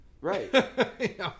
right